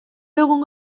egungo